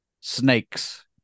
snakes